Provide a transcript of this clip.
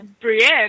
Brienne